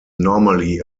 normally